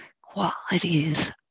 qualities